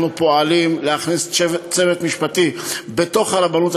אנחנו פועלים להכניס צוות משפטי לתוך הרבנות